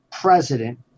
president